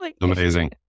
Amazing